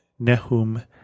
Nehum